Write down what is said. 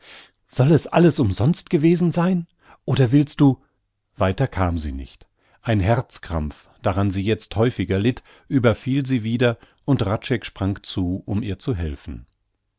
soll es alles umsonst gewesen sein oder willst du weiter kam sie nicht ein herzkrampf daran sie jetzt häufiger litt überfiel sie wieder und hradscheck sprang zu um ihr zu helfen